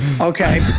okay